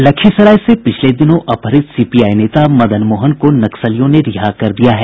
लखीसराय से पिछले दिनों अपहृत सीपीआई नेता मदन मोहन को नक्सलियों ने रिहा कर दिया है